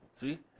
see